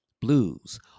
blues